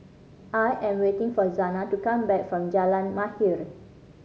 I am waiting for Zana to come back from Jalan Mahir